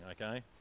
okay